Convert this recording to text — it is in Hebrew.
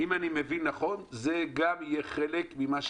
אם אני מבין נכון זה גם יהיה חלק,